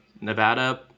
Nevada